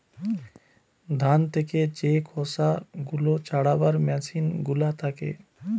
ধান থেকে যে খোসা গুলা ছাড়াবার মেসিন গুলা থাকে